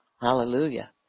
Hallelujah